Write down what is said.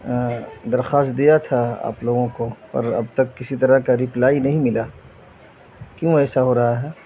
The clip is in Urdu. درخواست دیا تھا آپ لوگوں کو پر اب تک کسی طرح کا رپلائی نہیں ملا کیوں ایسا ہو رہا ہے